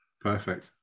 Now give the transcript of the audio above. perfect